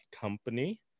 Company